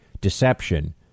deception